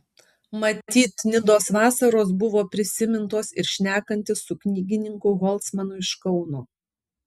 matyt nidos vasaros buvo prisimintos ir šnekantis su knygininku holcmanu iš kauno